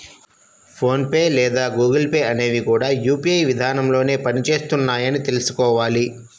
phone pay లేదా Google Pay అనేవి కూడా యూ.పీ.ఐ విధానంలోనే పని చేస్తున్నాయని తెల్సుకోవాలి